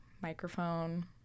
microphone